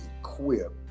equip